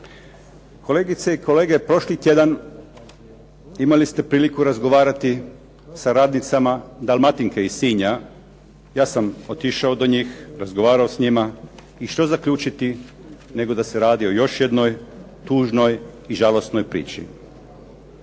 Kolegice i kolege, prošli tjedan imali ste priliku razgovarati sa radnicama "Dalmatinke" iz Sinja. Ja sam otišao do njih, razgovarao s njima i što zaključiti nego da se radi o još jednoj tužnoj i žalosnoj priči.